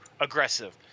aggressive